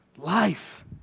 Life